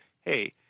hey